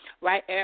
right